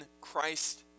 Christ